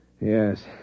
Yes